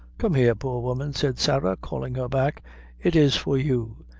come here, poor woman, said sarah, calling her back it is for you.